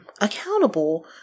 accountable